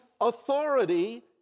authority